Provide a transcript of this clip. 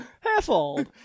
Half-old